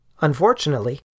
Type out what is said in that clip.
Unfortunately